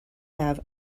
have